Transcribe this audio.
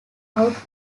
out